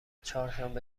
چهارشنبه